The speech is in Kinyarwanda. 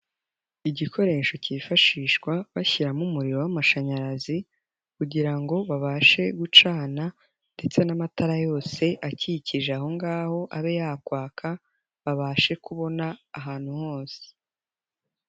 Igikoresho cyifashishwa bashyiramo umuriro w'amashanyarazi, kugira ngo babashe gucana, ndetse n'amatara yose akikije ahongaho abe yakwaka, babashe kubona ahantu hose.